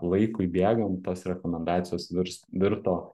laikui bėgant tos rekomendacijos virs virto